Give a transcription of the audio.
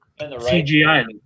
CGI